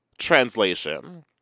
translation